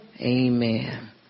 Amen